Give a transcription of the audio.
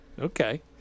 okay